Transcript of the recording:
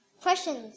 Questions